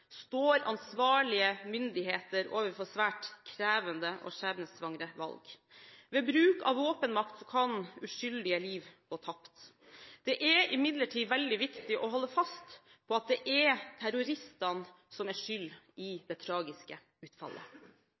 står ansvarlige myndigheter overfor svært krevende og skjebnesvangre valg. Ved bruk av våpenmakt kan uskyldige liv gå tapt. Det er imidlertid veldig viktig å holde fast på at det er terroristene som er skyld i det tragiske utfallet.